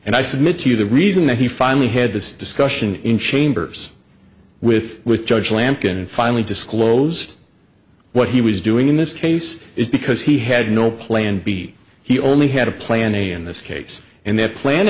and i submit to you the reason that he finally had this discussion in chambers with with judge lampton and finally disclosed what he was doing in this case is because he had no plan b he only had a plan a in this case and that plan